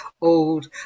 old